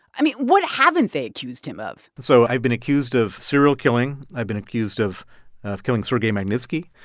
i mean, what haven't they accused him of? so i've been accused of serial killing. i've been accused of of killing sergei magnitsky.